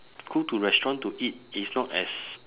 go to restaurant to eat is not as